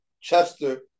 Chester